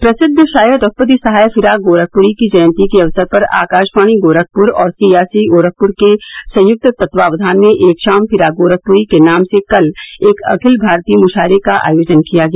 प्रसिद्व शायर रघुपति सहाय फिराक गोरखपुरी की जयंती के अवसर पर आकाशवाणी गोरखपुर एवं सी आ सी गोरखपुर के संयुक्त तत्वाधान में एक शाम फिराक गोरखपुरी के नाम से कल एक अखिल भारतीय मुशायरे का आयोजन किया गया